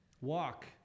Walk